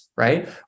right